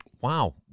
Wow